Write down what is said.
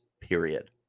period